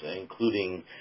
including